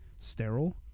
sterile